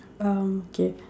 um okay